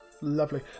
Lovely